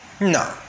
No